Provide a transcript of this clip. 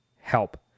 help